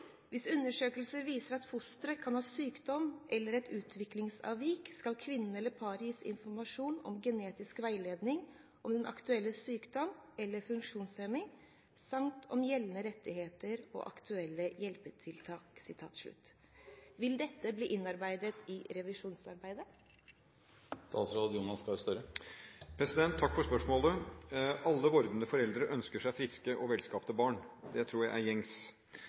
viser at fosteret kan ha en sykdom eller et utviklingsavvik, skal kvinnen eller paret gis informasjon og genetisk veiledning om den aktuelle sykdommen eller funksjonshemmingen, samt om gjeldende rettigheter og aktuelle hjelpetiltak.» Vil dette bli innarbeidet i revisjonsarbeidet?» Takk for spørsmålet. Alle vordende foreldre ønsker seg friske og velskapte barn. Det tror jeg er gjengs.